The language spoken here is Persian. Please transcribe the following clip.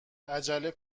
عجله